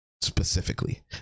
specifically